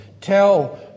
Tell